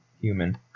human